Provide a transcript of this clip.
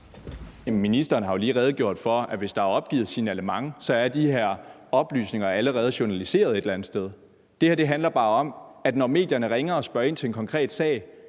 ministeren har jo lige redegjort for, at hvis der er opgivet signalement, er de her oplysninger allerede journaliseret et eller andet sted. Det her handler bare om, at når medierne ringer og spørger ind til en konkret sag,